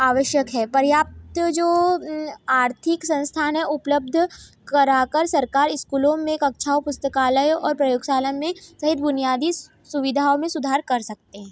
आवश्यक है पर्याप्त जो आर्थिक संस्थान है उपलब्ध करा कर सरकार स्कूलों में कक्षाओं पुस्तकालयों और प्रयोगशाला में कई बुनियादी सुविधाओं में सुधार कर सकते हैं